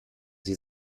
sie